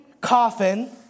coffin